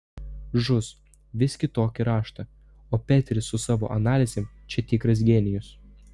žus vis kitokį raštą o peteris su savo analizėm čia tikras genijus